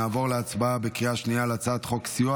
נעבור להצבעה בקריאה שנייה על הצעת חוק סיוע